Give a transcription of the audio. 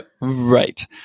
Right